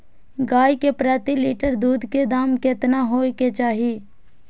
गाय के प्रति लीटर दूध के दाम केतना होय के चाही?